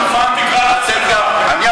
שפן תקרא לעצמך, גם פחדן.